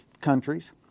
countries